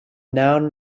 noun